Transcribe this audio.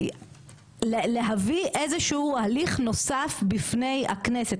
להביא איזשהו הליך נוסף בפני הכנסת,